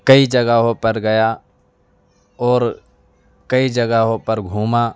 کئی جگہوں پر گیا اور کئی جگہوں پر گھوما